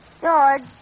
George